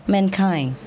Mankind